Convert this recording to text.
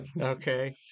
Okay